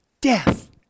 Death